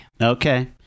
Okay